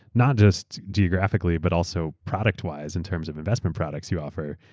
not just geographically but also product-wise in terms of investment products you offer,